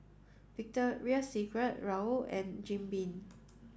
Victoria Secret Raoul and Jim Beam